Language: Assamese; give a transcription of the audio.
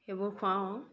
সেইবোৰ খুৱাওঁ